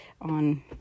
on